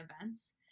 events